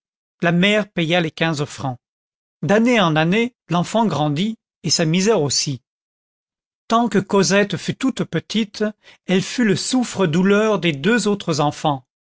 la mère paya les quinze francs d'année en année l'enfant grandit et sa misère aussi tant que cosette fut toute petite elle fut le souffre-douleur des deux autres enfants